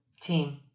team